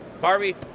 Barbie